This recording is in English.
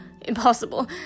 Impossible